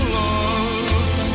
love